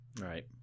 right